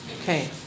Okay